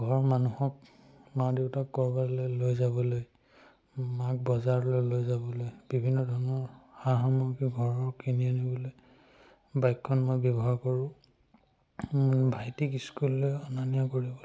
ঘৰৰ মানুহক মা দেউতাক ক'ৰবালৈ লৈ যাবলৈ মাক বজাৰলৈ লৈ যাবলৈ বিভিন্ন ধৰণৰ সা সামগ্ৰী ঘৰৰ কিনি আনিবলৈ বাইকখন মই ব্যৱহাৰ কৰোঁ ভাইটিক স্কুললৈ অনা নিয়া কৰিবলৈ